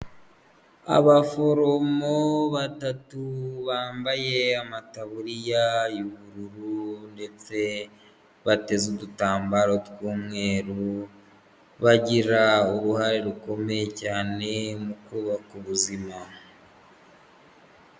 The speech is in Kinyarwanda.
Abaforomo batatu bambaye amataburiya y'ubururu ndetse bateze udutambaro tw'umweru bagira uruhare rukomeye cyane mu kubaka ubuzima.